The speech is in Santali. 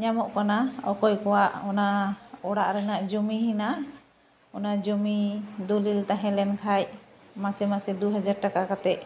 ᱧᱟᱢᱚᱜ ᱠᱟᱱᱟ ᱚᱠᱚᱭ ᱠᱚᱣᱟᱜ ᱚᱱᱟ ᱚᱲᱟᱜ ᱨᱮᱱᱟᱜ ᱡᱚᱢᱤ ᱦᱮᱱᱟᱜᱼᱟ ᱚᱱᱟ ᱡᱚᱢᱤ ᱫᱚᱞᱤᱞ ᱛᱟᱦᱮᱸ ᱞᱮᱱᱠᱷᱟᱡ ᱢᱟᱥᱮ ᱢᱟᱥᱮ ᱫᱩ ᱦᱟᱡᱟᱨ ᱴᱟᱠᱟ ᱠᱟᱛᱮᱫ